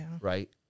right